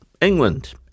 England